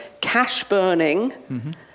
cash-burning